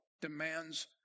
demands